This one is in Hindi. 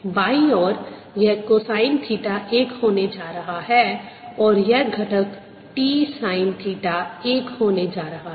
बायीं ओर यह T कोसाइन थीटा 1 होने जा रहा है और यह घटक T साइन थीटा 1 होने जा रहा है